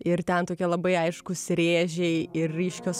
ir ten tokie labai aiškūs rėžiai ir ryškios